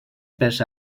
pels